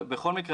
ובכל מקרה,